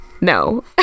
no